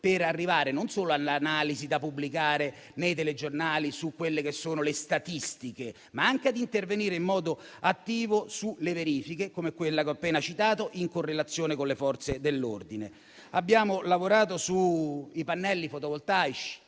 per arrivare non solo all'analisi da pubblicare nei telegiornali e sulle statistiche, ma anche ad intervenire in modo attivo sulle verifiche, come quella che ho appena citato, in correlazione con le Forze dell'ordine. Abbiamo lavorato sui pannelli fotovoltaici.